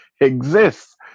exists